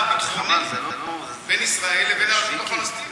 הביטחוני בין ישראל לבין הרשות הפלסטינית.